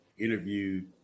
interviewed